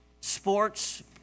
sports